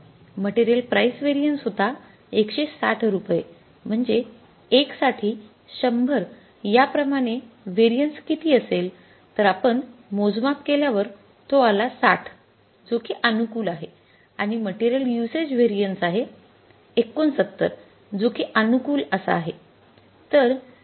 material price variance होता १६० रुपये म्हणजे १ साठी १०० या प्रमाणे व्हेरिएन्स किती असेल तर आपण मोजमाप केल्यावर तो आला ६० जो कि अनुकूल आहे आणि मटेरियल युसेज व्हेरिएन्स आहे ६९ जो कि अनुकूल असा आहे